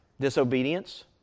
Disobedience